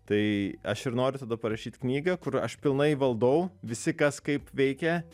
tai aš ir noriu tada parašyt knygą kur aš pilnai valdau visi kas kaip veikia